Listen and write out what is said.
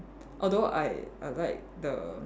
although I I like the